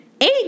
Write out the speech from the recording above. Eight